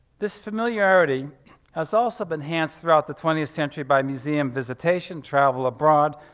this familiarity has also been enhanced throughout the twentieth century by museum visitation, travel abroad,